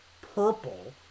purple